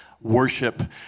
worship